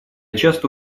часто